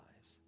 lives